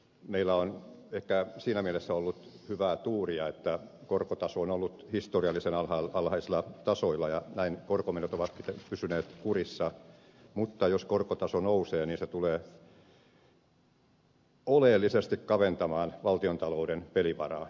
meillä on ehkä siinä mielessä ollut hyvää tuuria että korkotaso on ollut historiallisen alhaisella tasolla ja näin korkomenot ovat pysyneet kurissa mutta jos korkotaso nousee niin se tulee oleellisesti kaventamaan valtiontalouden pelivaraa